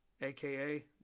aka